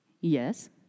Yes